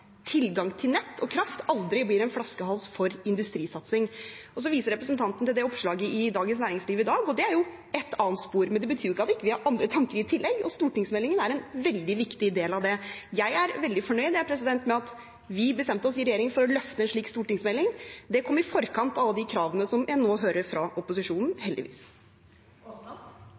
tilgang til nett og kraft aldri blir en flaskehals for industrisatsing. Så viser representanten til oppslaget i Dagens Næringsliv i dag, og det er jo et annet spor. Men det betyr ikke at vi ikke har andre tanker i tillegg, og stortingsmeldingen er en veldig viktig del av det. Jeg er veldig fornøyd med at vi i regjering bestemte oss for å løfte en slik stortingsmelding. Det kom i forkant av alle de kravene som jeg nå hører fra opposisjonen – heldigvis.